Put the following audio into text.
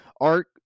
Art